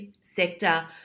sector